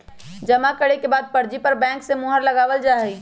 जमा करे के बाद पर्ची पर बैंक के मुहर लगावल जा हई